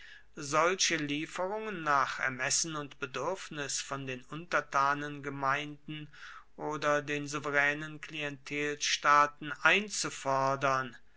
solche lieferungen nach ermessen und bedürfnis von den untertanengemeinden oder den souveränen klientelstaaten einzufordern